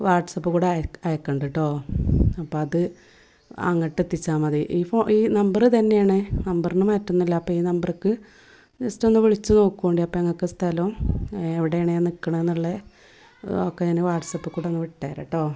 WhatsApp കൂടെ അയക്കുണ്ടൂട്ടോ അപ്പോൾ അത് അങ്ങട്ടെത്തിച്ചാൽ മതി ഈ ഫോൺ ഈ നമ്പർ ഇതന്നേണേ നമ്പറിന് മാറ്റൊന്നുല്ല അപ്പോൾ ഈ നമ്പറ്ക്ക് ജസ്റ്റൊന്ന് വിളിച്ച് നോക്കൂ അപ്പോൾ ഇങ്ങൾക്ക് സ്ഥലം ഏ എവിടെണ് ഞാൻ നിക്കണേന്നുള്ള ഒക്കെ ഞാൻ വാട്ട്സ്ആപ്പ് കൂടെ വിട്ടേരാട്ടോ